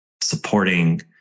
supporting